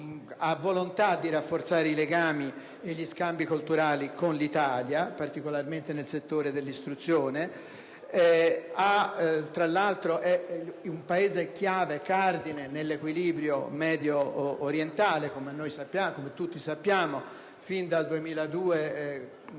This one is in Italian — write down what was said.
ha volontà di rafforzare i legami e gli scambi culturali con l'Italia, particolarmente nel settore dell'istruzione. È soprattutto un Paese cardine nell'equilibrio mediorientale. Come tutti sappiamo, fin dal 2002